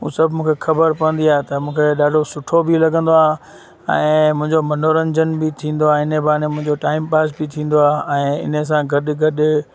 उहो सभु मूंखे ख़बर पवंदी आह त मूंखे ॾाढो सुठो बि लॻंदो आहे ऐं मुंहिंजो मनोरंजन बि थींदो आहे इन बहाने मुंहिंजो टाइम पास बि थींदो आहे ऐं इन सां गॾु गॾु